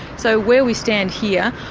so where we stand here,